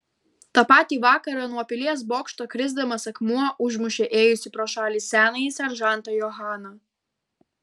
tą patį vakarą nuo pilies bokšto krisdamas akmuo užmušė ėjusį pro šalį senąjį seržantą johaną